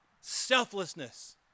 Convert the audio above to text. Selflessness